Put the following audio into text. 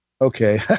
okay